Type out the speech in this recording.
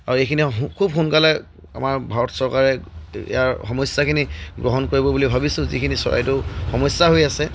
আৰু এইখিনি খুব সোনকালে আমাৰ ভাৰত চৰকাৰে ইয়াৰ সমস্যাখিনি গ্ৰহণ কৰিব বুলি ভাবিছোঁ যিখিনি চৰাইদেউ সমস্যা হৈ আছে